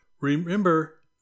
Remember